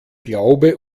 glaube